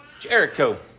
Jericho